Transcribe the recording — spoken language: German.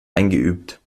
eingeübt